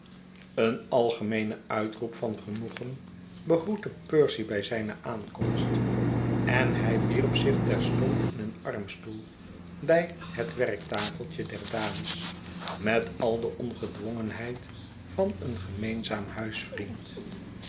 een algemeene uitroep van genoegen begroette percy bij zijne aankomst en hij wierp zich terstond in een armstoel bij het werktafeltje der dames met al de ongedwongenheid van een